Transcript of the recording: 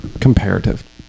comparative